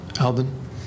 Alden